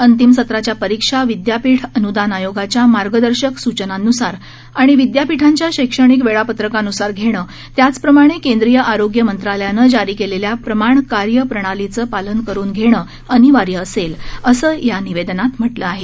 अंतिम सत्राच्या परीक्षा विदयापीठ अनूदान आयोगाच्या मार्गदर्शक सूचनांनुसार आणि विद्यापीठांच्या शैक्षणिक वेळापत्रकानुसार घेणं त्याचप्रमाणे केंद्रीय आरोग्य मंत्रालयानं जारी केलेल्या प्रमाण कार्य प्रणालीचं पालन करून घेणं अनिवार्य असेल या निवेदनात म्हटलं आहे